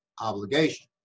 obligation